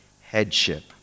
headship